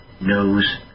knows